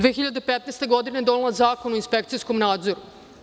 Godine 2015. je donela Zakon o inspekcijskom nadzoru.